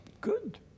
Good